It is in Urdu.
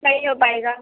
نہیں ہو پائے گا